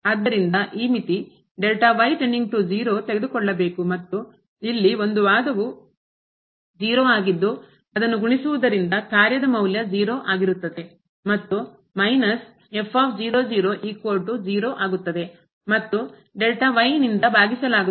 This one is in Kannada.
ಆದ್ದರಿಂದ ಈ ಮಿತಿ ತೆಗೆದುಕೊಳ್ಳಬೇಕು ಮತ್ತು ಇಲ್ಲಿ ಒಂದು ವಾದವು 0 ಆಗಿದ್ದು ಅದನ್ನು ಗುಣಿಸುವುದರಿಂದ ಕಾರ್ಯದ ಮೌಲ್ಯ 0 ಆಗಿರುತ್ತದೆ ಮತ್ತು ಮೈನಸ್ ಮತ್ತು ನಿಂದ ಭಾಗಿಸಲಾಗುತ್ತದೆ